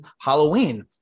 Halloween